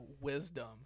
Wisdom